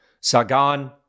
Sagan